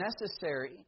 necessary